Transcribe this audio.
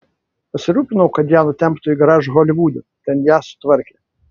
pasirūpinau kad ją nutemptų į garažą holivude ten ją sutvarkė